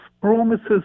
promises